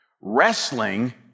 wrestling